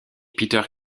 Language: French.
peter